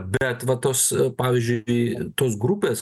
bet va tos pavyzdžiui tos grupės